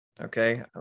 Okay